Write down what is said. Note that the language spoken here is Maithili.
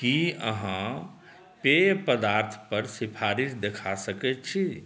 की अहाँ पेय पदार्थ पर सिफारिश देखा सकैत छी